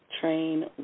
train